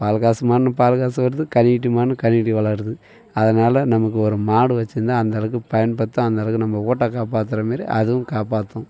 பால் காசு மாட்னு பால் காசு வருது கன்றுக்குட்டிமாட்னு கன்றுக்குட்டி வளருது அதனால் நமக்கு ஒரு மாடு வச்சிருந்தால் அந்தளவுக்கு பயன்பார்த்தா அந்தளவுக்கு நம்ம ஊட்ட காப்பாற்றுற மாரி அதுவும் காப்பாற்றும்